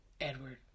Edward